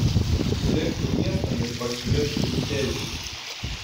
nulėkčiau miestan ir parsivežčiau į tėviškę